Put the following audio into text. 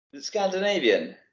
Scandinavian